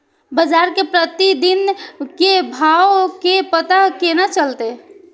बजार के प्रतिदिन के भाव के पता केना चलते?